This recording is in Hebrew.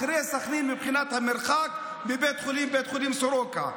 אחרי סח'נין, מבחינת המרחק מבית חולים סורוקה.